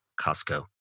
Costco